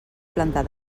plantar